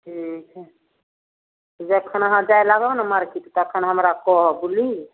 ठीक हइ जखन अहाँ जाए लागब ने मार्केट तखन हमरा कहब बुझली